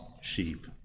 sheep